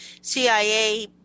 CIA